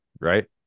right